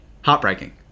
Heartbreaking